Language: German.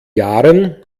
jahren